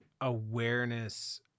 awareness